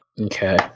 Okay